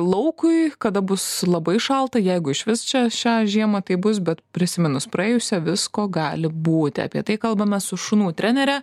laukui kada bus labai šalta jeigu išvis čia šią žiemą taip bus bet prisiminus praėjusią visko gali būti apie tai kalbamės su šunų trenere